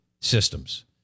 Systems